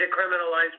decriminalize